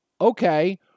Okay